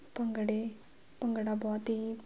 ਭੰਗੜੇ ਭੰਗੜਾ ਬਹੁਤ ਹੀ